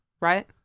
right